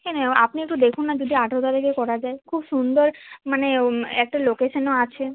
কেন আপনি একটু দেখুন না যদি আঠেরো তারিখে করা যায় খুব সুন্দর মানে একটা লোকেশেনও আছে